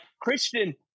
Christian –